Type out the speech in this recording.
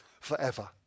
forever